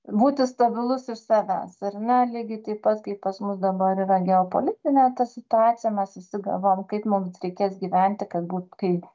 būti stabilus iš savęs ar ne lygiai taip pat kaip pas mus dabar yra geopolitinė ta situacija mes visi galvojam kaip mums reikės gyventi kad būt kai